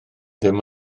ddim